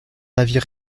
navire